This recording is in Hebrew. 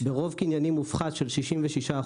ברוב קנייני מופחת של 66%,